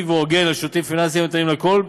והוגן של שירותים פיננסיים הניתנים לכול,